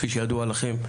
כפי שידוע לכם,